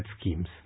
schemes